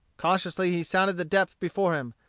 cautiously he sounded the depth before him,